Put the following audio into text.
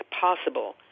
possible